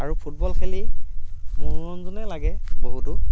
আৰু ফুটবল খেলি মনোৰঞ্জনে লাগে বহুতো